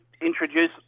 introduce